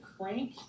crank